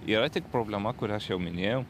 yra tik problema kurią aš jau minėjau